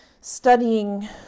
studying